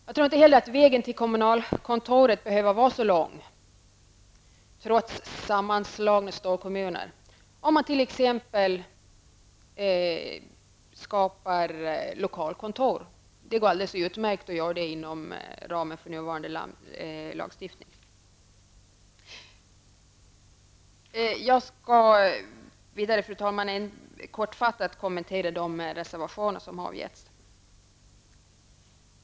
Jag tror inte heller att vägen till kommunalkontoret behöver vara så lång trots sammanslagning till storkommuner om man t.ex. skapar lokalkontor. Det går alldeles utmärkt att göra det inom ramen för nuvarande lagstiftning. Jag skall vidare, fru talman, kortfattat kommentera de reservationer som avgivits.